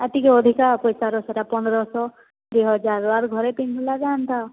ଆଉ ଟିକେ ଅଧିକା ପାଇସାର ସେଟା ପନ୍ଦ୍ର ଶହ ଦୁଇ ହଜାର୍ର ଆର୍ ଘରେ ପିନ୍ଧିଲା ଟା ହେନ୍ତା